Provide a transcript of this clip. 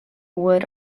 wood